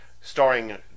starring